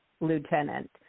lieutenant